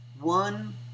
one